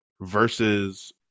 versus